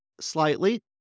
slightly